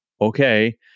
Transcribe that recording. okay